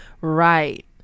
Right